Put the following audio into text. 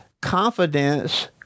confidence